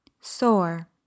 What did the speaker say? Sore